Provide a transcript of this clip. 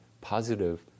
positive